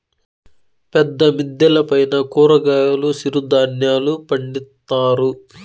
పెద్ద మిద్దెల పైన కూరగాయలు సిరుధాన్యాలు పండిత్తారు